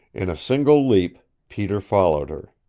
in a single leap peter followed her.